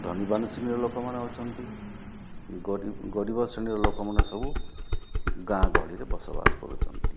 ଧନବାନ ଶ୍ରେଣୀର ଲୋକମାନେ ଅଛନ୍ତି ଗରିବ ଶ୍ରେଣୀର ଲୋକମାନେ ସବୁ ଗାଁ ଗହଳିରେ ବସବାସ କରୁଛନ୍ତି